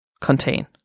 contain